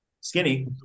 skinny